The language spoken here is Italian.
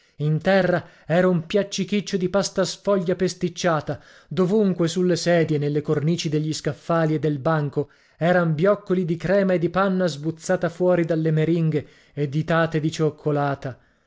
in terra era un piaccichiccio di pasta sfoglia pesticciata dovunque sulle sedie nelle cornici degli scaffali e del banco eran bioccoli di crema e di panna sbuzzata fuori dalle meringhe e ditate di cioccolata